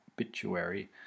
obituary